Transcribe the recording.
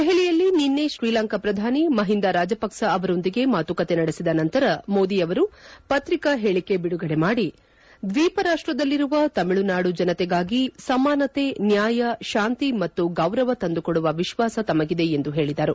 ದೆಹಲಿಯಲ್ಲಿ ನಿನ್ನೆ ಶ್ರೀಲಂಕಾ ಪ್ರಧಾನಿ ಮಹಿಂದ ರಾಜಪಕ್ಷ ಅವರೊಂದಿಗೆ ಮಾತುಕತೆ ನಡೆಸಿದ ನಂತರ ಮೋದಿಯವರು ಪತ್ರಿಕಾ ಹೇಳಿಕೆ ಬಿಡುಗಡೆ ಮಾಡಿ ದ್ವೀಪರಾಷ್ಟದಲ್ಲಿರುವ ತಮಿಳುನಾಡು ಜನತೆಗಾಗಿ ಸಮಾನತೆ ನ್ಯಾಯ ಶಾಂತಿ ಮತ್ತು ಗೌರವ ತಂದುಕೊಡುವ ವಿಶ್ವಾಸ ತಮಗಿದೆ ಎಂದು ಹೇಳಿದರು